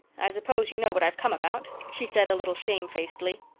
i suppose you know what i've come about, she said, a little shamefacedly.